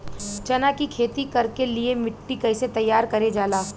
चना की खेती कर के लिए मिट्टी कैसे तैयार करें जाला?